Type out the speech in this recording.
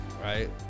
Right